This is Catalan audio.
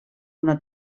una